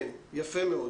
כן, יפה מאוד.